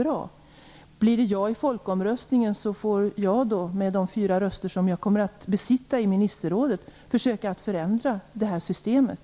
Om det blir ja i folkomröstningen får jag, med de fyra röster som jag kommer att besitta i ministerrådet, försöka att förändra det här systemet.